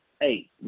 Hey